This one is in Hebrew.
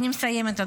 אני מסיימת,